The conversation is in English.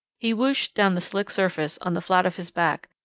he whooshed down the slick surface on the flat of his back,